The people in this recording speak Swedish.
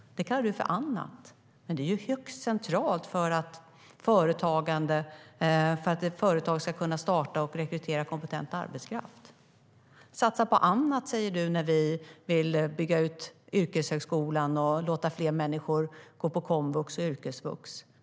Det kallar han för annat, men det är högst centralt för att ett företag ska kunna starta och rekrytera kompetent arbetskraft. Satsa på annat, säger du när vi vill bygga ut yrkeshögskolan och låta fler människor gå på komvux och yrkesvux.